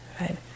right